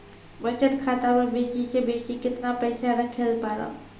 बचत खाता म बेसी से बेसी केतना पैसा रखैल पारों?